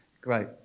Great